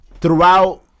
throughout